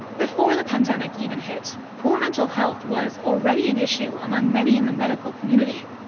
before the pandemic even hit, poor mental health was already an issue among many in the medical community.